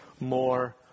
more